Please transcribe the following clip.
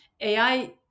AI